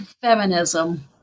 feminism